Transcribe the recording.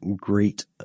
great